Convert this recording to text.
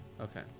Okay